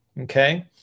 okay